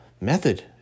method